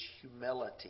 humility